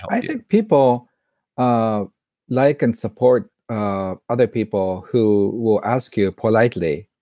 i think people ah like and support ah other people who will ask you politely.